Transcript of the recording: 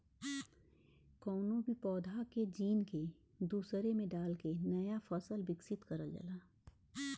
कउनो भी पौधा के जीन के दूसरे में डाल के नया फसल विकसित करल जाला